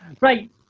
Right